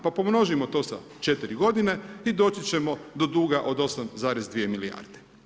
Pa pomnožimo to sa 4 godine i doći ćemo do duga od 8,2 milijarde.